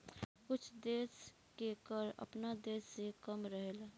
कुछ देश के कर आपना देश से कम रहेला